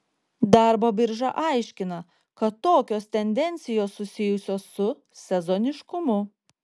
darbo birža aiškina kad tokios tendencijos susijusios su sezoniškumu